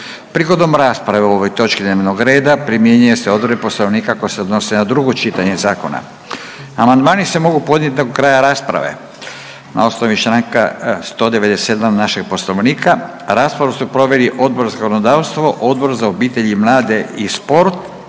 Prigodom rasprave o ovoj točki dnevnog reda primjenjuju se odredbe Poslovnika koje se odnose na drugo čitanje zakona. Amandmani se mogu podnijeti do kraja rasprave na osnovi članka 197. našeg Poslovnika raspravu su proveli Odbor za zakonodavstvo, Odbor za obitelj i mlade i sport.